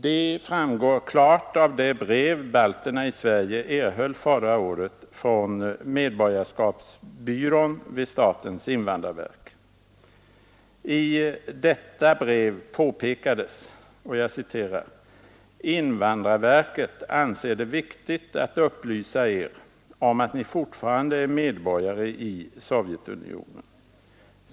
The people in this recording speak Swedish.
De framgår klart av det brev balterna i Sverige erhöll förra året från medborgarskapsbyrån vid statens invandrarverk. I detta brev påpekades: ”Invandrarverket anser det viktigt att upplysa er om att ni fortfarande är medborgare i Sovjetunionen.